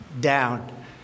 down